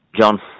John